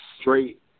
straight